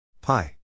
Pi